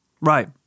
right